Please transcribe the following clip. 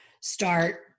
start